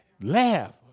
Laugh